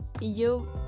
you-